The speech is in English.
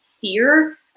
fear